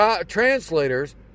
translators